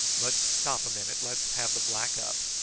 but stop a minute, let's have the black up.